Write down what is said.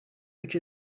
which